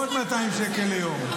-- עוד 200 שקל ליום.